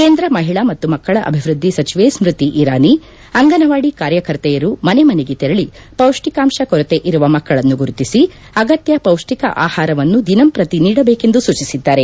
ಕೇಂದ್ರ ಮಹಿಳಾ ಮತ್ತು ಮಕ್ಕಳ ಅಭಿವೃದ್ದಿ ಸಚಿವೆ ಸ್ನತಿ ಇರಾನಿ ಅಂಗಸವಾಡಿ ಕಾರ್ಯಕರ್ತೆಯರು ಮನೆಮನೆಗೆ ತೆರಳಿ ಪೌಷ್ಟಿಕಾಂಶ ಕೊರತೆ ಇರುವ ಮಕ್ಕಳನ್ನು ಗುರುತಿಸಿ ಅಗತ್ತ ಪೌಷ್ನಿಕ ಆಹಾರವನ್ನು ದಿನಂಪ್ರತಿ ನೀಡಬೇಕೆಂದು ಸೂಚಿಸಿದ್ದಾರೆ